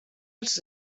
els